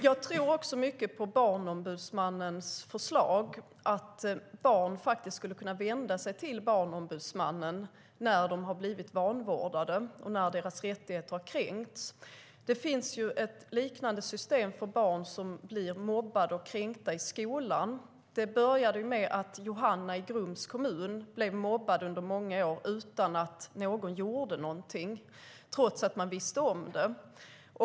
Jag tror mycket på Barnombudsmannens förslag att barn skulle kunna vända sig till Barnombudsmannen när de blivit vanvårdade och när deras rättigheter kränkts. Det finns ett liknande system för barn som blir mobbade och kränkta i skolan. Det började med att Johanna i Grums kommun under många år blev mobbad utan att någon gjorde någonting trots att man visste om det.